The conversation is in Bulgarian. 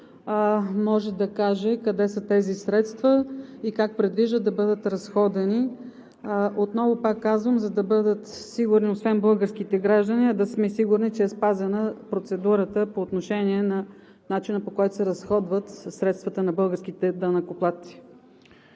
може да каже къде са тези средства и как предвижда да бъдат разходени, отново, пак казвам, за да бъдат сигурни освен българските граждани, да сме сигурни, че е спазена процедурата по отношение на начина, по който се разходват средствата на българските данъкоплатци.